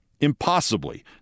impossibly